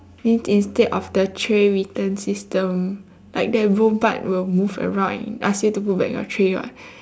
means instead of the tray return system like that robot will move around and ask you to put back your tray [what]